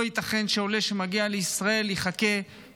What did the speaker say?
לא ייתכן שעולה שמגיע לישראל יחכה כמה